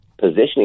positioning